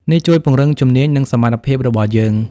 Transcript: នេះជួយពង្រឹងជំនាញ និងសមត្ថភាពរបស់យើង។